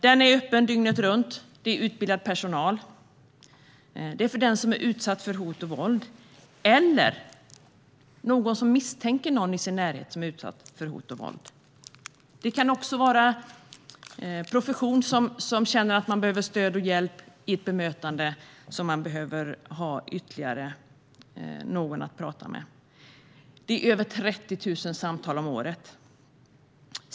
Den är öppen dygnet runt. Personalen är utbildad. Kvinnofridslinjen är för den som är utsatt för hot och våld eller för någon som misstänker att någon i närheten är utsatt för hot och våld. Det kan också vara de i professionen som känner att de behöver stöd och hjälp i ett bemötande och behöver ha ytterligare någon att prata med. Det kommer över 30 000 samtal om året.